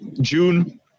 June